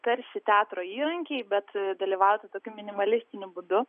tarsi teatro įrankiai bet dalyvautų tokiu minimalistiniu būdu